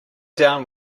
down